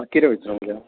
कितें विचरूंक जाय